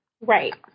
Right